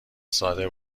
ساده